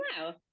wow